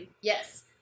yes